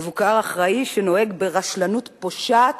מבוגר אחראי שנוהג ברשלנות פושעת